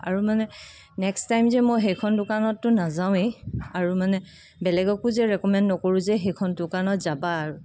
আৰু মানে next time যে মই সেইখন দোকানততো নাযাওঁৱেই আৰু মানে বেলেগকো যে ৰিকমেণ্ড নকৰোঁ যে সেইখন দোকানত যাবা